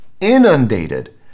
inundated